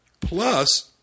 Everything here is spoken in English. Plus